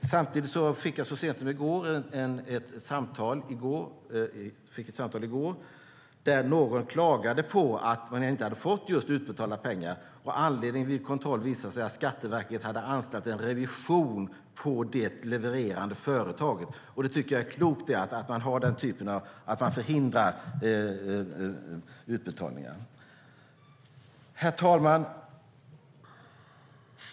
Jag fick ett samtal i går där någon klagade på att man inte hade fått utbetalda pengar. Vid kontroll visade det sig att anledningen var att Skatteverket hade anställt en revision på det levererande företaget. Jag tycker att det är klokt att man förhindrar utbetalningar på det sättet. Herr talman!